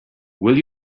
will